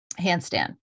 handstand